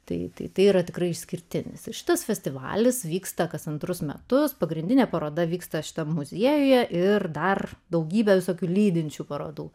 taitai yra tikrai išskirtinis šitas festivalis vyksta kas antrus metus pagrindinė paroda vyksta šita muziejuje ir dar daugybę visokių lydinčių parodų